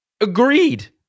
agreed